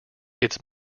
its